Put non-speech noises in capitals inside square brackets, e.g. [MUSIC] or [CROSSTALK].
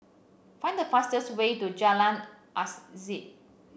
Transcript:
find the fastest way to Jalan [UNINTELLIGIBLE]